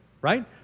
right